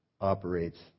operates